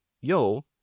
yo